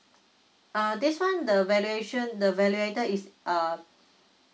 uh this one the valuation the valuator is a